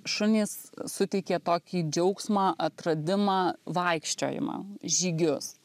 šunys suteikė tokį džiaugsmą atradimą vaikščiojimą žygius